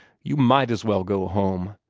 you might as well go home.